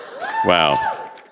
wow